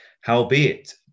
Howbeit